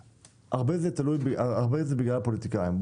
אגב, הרבה זה בגלל הפוליטיקאים.